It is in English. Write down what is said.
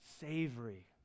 Savory